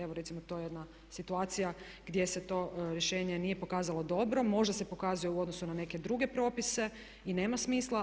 Evo recimo to je jedna situacija gdje se to rješenje nije pokazalo dobro, možda se pokazuje u odnosu na neke druge propise i nema smisla.